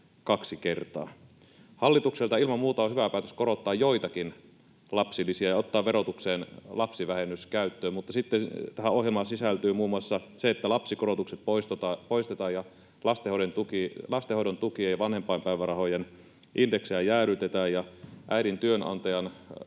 kaksi kertaa. Hallitukselta, ilman muuta, on hyvä päätös korottaa joitakin lapsilisiä ja ottaa verotukseen lapsivähennys käyttöön, mutta sitten tähän ohjelmaan sisältyy muun muassa se, että lapsikorotukset poistetaan, lastenhoidon tukien ja vanhempainpäivärahojen indeksejä jäädytetään, äidin työnantajalle